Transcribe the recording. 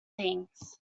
things